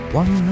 one